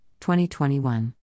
2021